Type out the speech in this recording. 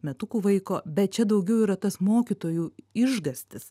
metukų vaiko bet čia daugiau yra tas mokytojų išgąstis